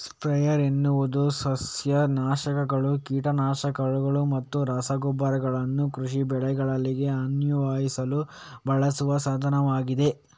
sprayer ಎನ್ನುವುದು ಸಸ್ಯ ನಾಶಕಗಳು, ಕೀಟ ನಾಶಕಗಳು ಮತ್ತು ರಸಗೊಬ್ಬರಗಳನ್ನು ಕೃಷಿ ಬೆಳೆಗಳಿಗೆ ಅನ್ವಯಿಸಲು ಬಳಸುವ ಸಾಧನವಾಗಿದೆ